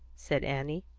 said annie.